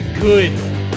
Good